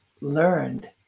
learned